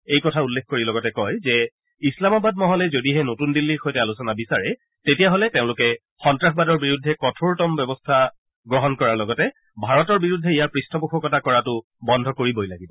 এই কথা উল্লেখ কৰি লগতে কয় যে ইছলামাবাদ মহলে যদিহে নতুন দিল্লীৰ সৈতে আলোচনা বিচাৰে তেতিয়া হলে তেওঁলোকে সন্নাসবাদৰ বিৰুদ্ধে কঠোৰতম কাৰ্যব্যৱস্থা গ্ৰহণ কৰাৰ লগতে ভাৰতৰ বিৰুদ্ধে ইয়াৰ পৃষ্ঠপোষকতা কৰাটো বন্ধ কৰিবই লাগিব